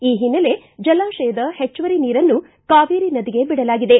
ಈ ಹಿನ್ನೆಲೆ ಜಲಾಶಯದ ಹೆಚ್ಲುವರಿ ನೀರನ್ನು ಕಾವೇರಿ ನದಿಗೆ ಬಿಡಲಾಗಿದೆ